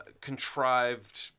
contrived